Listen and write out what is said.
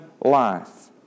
life